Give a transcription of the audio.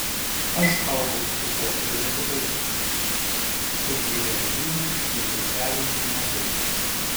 aš augau okupuotoje lietuvoje kur nei vienuolynų nei seselių nebuvo